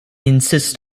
insist